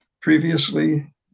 previously